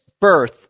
birth